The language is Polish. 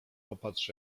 popatrz